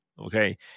okay